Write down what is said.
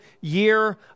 year